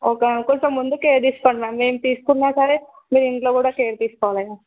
okay ma'am కొంచెం ముందు care తీసుకోండి మ్యామ్ మేము తీసుకున్నా సరే మీరు ఇంట్లో కూడా కేర్ తీసుకోవాలి కదా